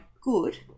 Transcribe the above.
good